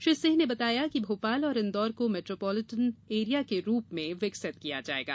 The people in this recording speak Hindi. श्री सिंह ने कहा है कि भोपाल और इंदौर को मेट्रोपोलिटन एरिया के रूप में विकसित किया जायेगा